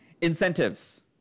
Incentives